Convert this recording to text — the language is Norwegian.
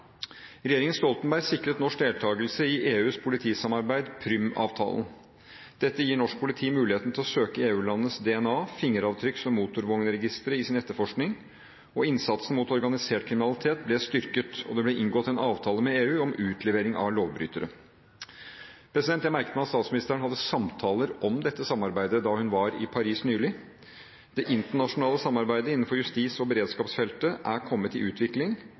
Regjeringen Stoltenberg sikret norsk deltagelse i EUs politisamarbeid, Prüm-avtalen. Dette gir norsk politi muligheten til å søke i EU-landenes DNA-, fingeravtrykks- og motorvognregistre i sin etterforskning. Innsatsen mot organisert kriminalitet ble styrket, og det ble inngått en avtale med EU om utlevering av lovbrytere. Jeg merket meg at statsministeren hadde samtaler om dette samarbeidet da hun var i Paris nylig. Det internasjonale samarbeidet innenfor justis- og beredskapsfeltet er kommet i utvikling,